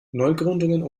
neugründungen